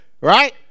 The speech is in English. right